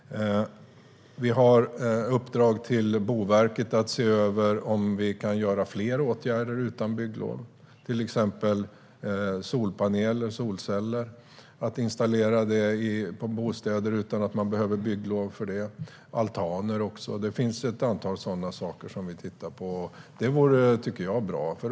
Vi har gett Boverket i uppdrag att se över om fler åtgärder kan vidtas utan bygglov. Det gäller till exempel för att installera solpaneler, solceller, på byggnader utan bygglov. Det gäller också för att bygga altaner. Vi tittar på ett antal sådana saker. Jag tycker att det vore bra.